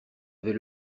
avait